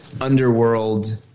underworld